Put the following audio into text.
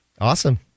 Awesome